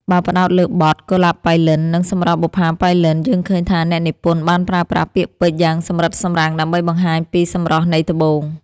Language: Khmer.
បើផ្ដោតលើបទ កុលាបប៉ៃលិន និង សម្រស់បុប្ផាប៉ៃលិន យើងឃើញថាអ្នកនិពន្ធបានប្រើប្រាស់ពាក្យពេចន៍យ៉ាងសម្រិតសម្រាំងដើម្បីបង្ហាញពីសម្រស់នៃត្បូង។